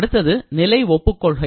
அடுத்தது நிலை ஒப்புக்கொள்கை